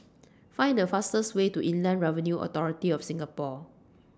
Find The fastest Way to Inland Revenue Authority of Singapore